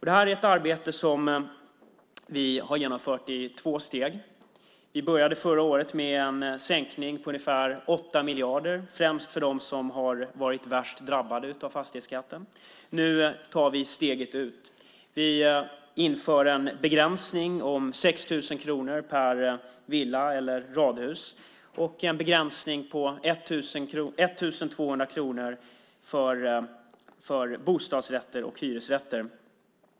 Det här är ett arbete som vi har genomfört i två steg. Vi började förra året med en sänkning med ungefär 8 miljarder, främst för dem som har varit värst drabbade av fastighetsskatten. Nu tar vi steget ut. Vi inför en begränsning om 6 000 kronor per villa eller radhus och en begränsning på 1 200 kronor för bostadsrätter och hyresrätter.